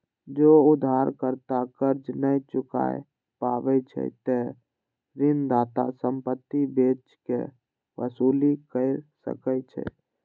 जौं उधारकर्ता कर्ज नै चुकाय पाबै छै, ते ऋणदाता संपत्ति बेच कें वसूली कैर सकै छै